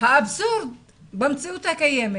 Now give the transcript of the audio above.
האבסורד במציאות הקיימת,